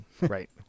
Right